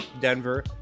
Denver